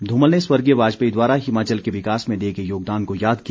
धूमल ने स्वर्गीय वाजपेयी द्वारा हिमाचल के विकास में दिए गए योगदान को याद किया